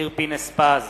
אופיר פינס-פז,